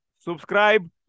Subscribe